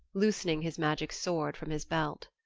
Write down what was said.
loosening his magic sword from his belt.